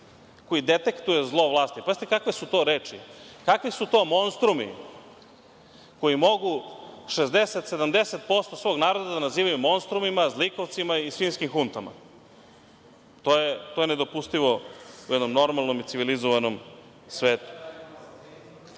koji detektuje zlo vlasti. Pazite kakve su to reči. Kakvi su to monstrumi koji mogu 60, 70% svog naroda da nazivaju monstrumima, zlikovcima i svinjskim huntama? To je nedopustivo u jednom normalnom i civilizovanom svetu. Na